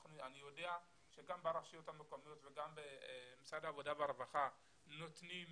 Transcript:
אני יודע שגם ברשויות המקומיות וגם במשרד העבודה והרווחה נותנים